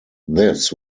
this